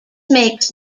makes